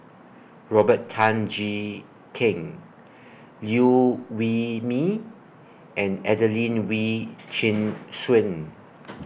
Robert Tan Jee Keng Liew Wee Mee and Adelene Wee Chin Suan